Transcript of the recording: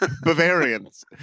Bavarians